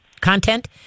content